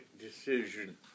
decision